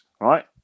right